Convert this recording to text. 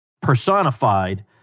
personified